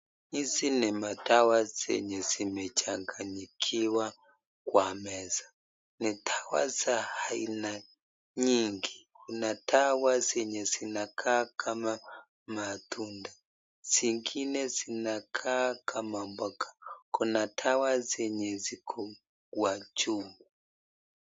Hizi ni madawa zenye zimechanganyikiwa kwa meza. Ni dawa za aina nyingi na dawa zenye zinakaa kama matunda. Zingine zinakaa kama mboga. Kuna dawa zenye ziko kwa juu.